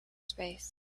space